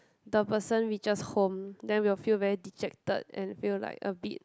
the person reaches home then will feel very dejected and feel like a bit